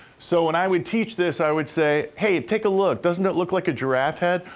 so when i would teach this, i would say, hey, take a look. doesn't it look like a giraffe head?